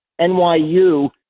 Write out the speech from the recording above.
NYU